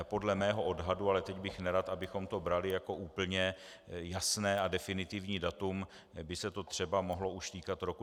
Podle mého odhadu ale teď bych nerad, abychom to brali jako úplně jasné a definitivní datum by se to třeba už mohlo týkat roku 2017.